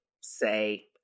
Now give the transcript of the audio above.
say